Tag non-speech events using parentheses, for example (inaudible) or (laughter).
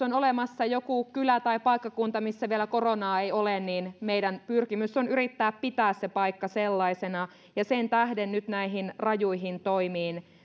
(unintelligible) on olemassa joku kylä tai paikkakunta missä vielä koronaa ei ole niin meidän pyrkimyksemme on yrittää pitää se paikka sellaisena ja sen tähden nyt näihin rajuihin toimiin